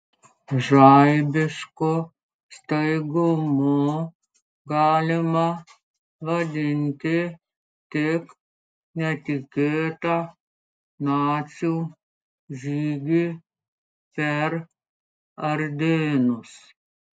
žaibišku staigumu galima vadinti tik netikėtą nacių žygį per ardėnus